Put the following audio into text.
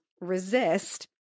resist